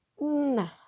nah